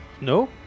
No